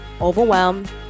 overwhelmed